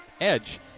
Edge